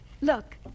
Look